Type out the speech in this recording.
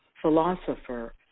philosopher